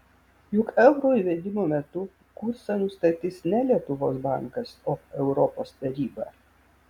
juk euro įvedimo metu kursą nustatys ne lietuvos bankas o europos taryba